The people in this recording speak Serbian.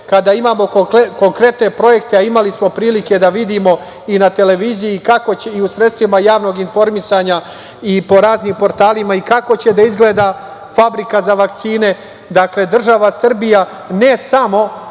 kada imamo konkretne projekte, a imali smo prilike da vidimo i na televiziji i u sredstvima javnog informisanja i po raznim portalima, kako će da izgleda fabrika za vakcine. Dakle, država Srbija, ne samo